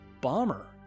bomber